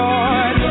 Lord